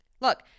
look